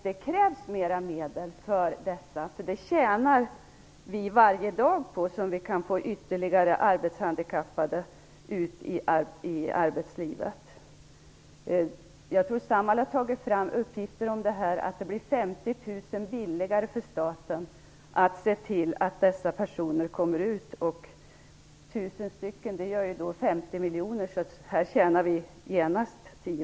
Det krävs mer medel för detta, för vi tjänar varje dag på ett ytterligare antal arbetshandikappade kan få komma ut i arbetslivet. Jag tror att Samhall har tagit fram uppgiften att det blir 50 000 kr billigare för staten, om man ser till att dessa personer kommer ut i samhället. 1 000 personer gör 50 miljoner, så här tjänar vi genast 10